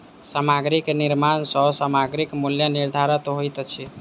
सामग्री के निर्माण सॅ सामग्रीक मूल्य निर्धारित होइत अछि